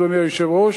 אדוני היושב-ראש,